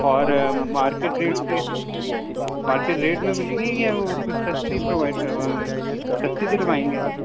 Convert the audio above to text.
और market rate से market rate में मिलेंगे या कुछ सस्ती प्रोवाइड करवा सस्ती दिलवाएंगे आप